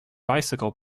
bicycle